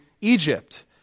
Egypt